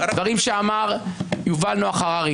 דברים שאמר יובל נח הררי.